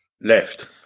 Left